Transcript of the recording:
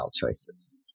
choices